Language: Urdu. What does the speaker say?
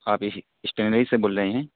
آپ اسٹینری سے بول رہے ہیں